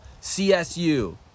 CSU